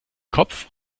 kopf